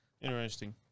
Interesting